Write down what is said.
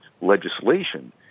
Legislation